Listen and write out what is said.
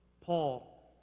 Paul